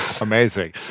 Amazing